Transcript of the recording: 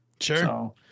Sure